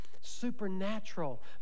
supernatural